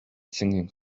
singing